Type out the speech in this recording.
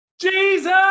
jesus